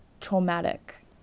traumatic